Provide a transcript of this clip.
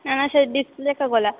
ନାନା ସେ ଡିସପ୍ଲେ ତ ଗଲା